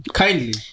kindly